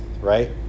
right